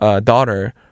daughter